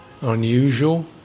unusual